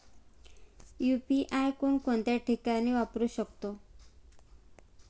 UPI कोणकोणत्या ठिकाणी वापरू शकतो?